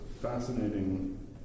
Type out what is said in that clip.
fascinating